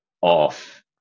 off